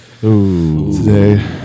today